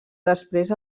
després